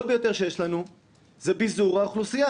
ביותר שיש לנו זה ביזור האוכלוסייה,